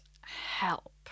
help